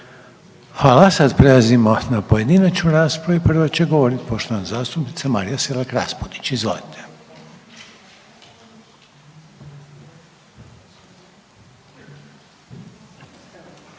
Hvala. Sad prelazimo na pojedinačnu raspravu i prva će govorit poštovana zastupnica Marija Selak Raspudić, izvolite.